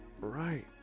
right